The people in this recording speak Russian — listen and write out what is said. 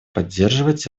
поддерживать